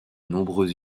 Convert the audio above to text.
nombreux